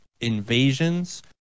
invasions